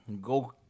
go-